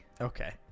Okay